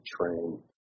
train